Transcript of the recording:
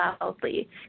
loudly